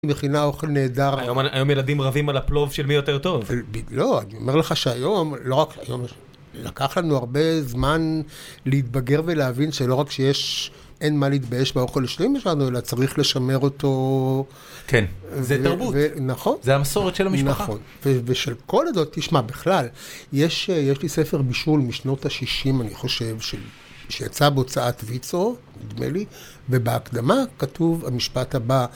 ‫מכינה אוכל נהדר... ‫-היום ילדים רבים על הפלוב של מי יותר טוב. ‫לא, אני אומר לך שהיום, לא רק היום, ‫לקח לנו הרבה זמן להתבגר ולהבין ‫שלא רק שיש אין מה להתבייש ‫באוכל של אמא שלנו, ‫אלא צריך לשמר אותו... ‫-כן, זה תרבות. ‫נכון. ‫-זה המסורת של המשפחה. ‫נכון, ושל כל זאת, תשמע, ‫בכלל יש לי ספר בישול משנות ה-60, ‫אני חושב, שיצא בהוצאת ויצו, נדמה לי, ‫ובהקדמה כתוב, המשפט הבא,